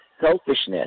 selfishness